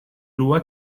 loi